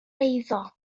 eiddo